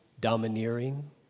domineering